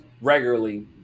regularly